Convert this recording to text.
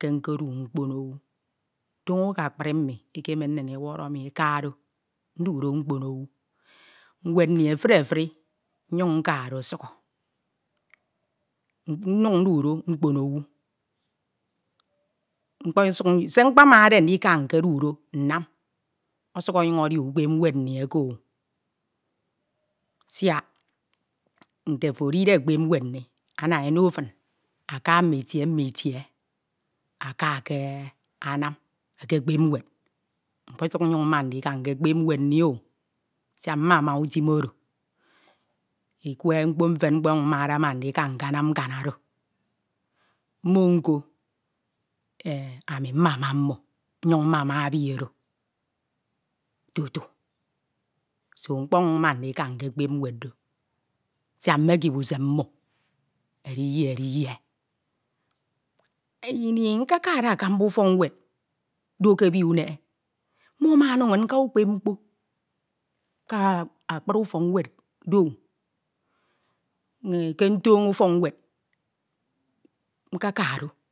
ke nkedu mkpo owu, toño ke akpri mi ke ekemen min eworo mi eka do, ndu do mkpon owu. Nwed nni efuri efuri nka do sukhọ, se mkpamade ndika nkedu do nnam ọsuk ongun edi ukpep nwed nni eke o. Siak nte ofo edide ekpep nwed ana eno fin aka mme itie mme itie aka ekenam, ekukpe nwed, mkposuk mma ndika nkepep nwed nni o, siak mmama utim oro nkwe mkpo mfen mkponyuñ mmode ma ndika nkanam nkan oro, mmo nko, ami mmama mmo, nyuñ mmama ebi oro tutu, so mkpo nnyin mma ndika nkekpep nwed do, siak mekip usen mmo ediyie ediyie, edi ini nkekade akamba nfọk nwed do ke ebi uneñe mmo ama ono inn nka ukpep mkpo ke akpri ufok nwed do nkukpep nwed do ke akam ba ufọk nwed, so mkeka